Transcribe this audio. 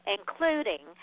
including